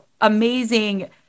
amazing